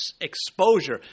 exposure